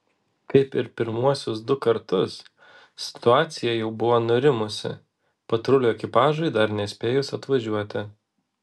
kaip ir pirmuosius du kartus situacija jau buvo nurimusi patrulių ekipažui dar nespėjus atvažiuoti